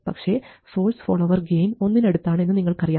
പക്ഷേ source follower gain ഒന്നിന് അടുത്താണ് എന്ന് നിങ്ങൾക്കറിയാം